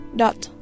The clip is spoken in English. dot